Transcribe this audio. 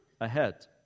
ahead